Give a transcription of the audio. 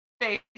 face